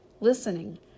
listening